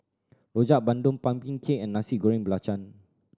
Rojak Bandung pumpkin cake and Nasi Goreng Belacan